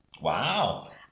Wow